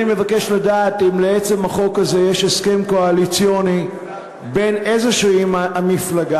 אני מבקש לדעת אם לעצם החוק הזה יש הסכם קואליציוני בין איזושהי מפלגה,